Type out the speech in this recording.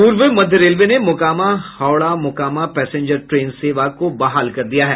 पूर्व मध्य रेलवे ने मोकामा हावड़ा मोकामा पैसेंजर ट्रेन सेवा को बहाल कर दिया है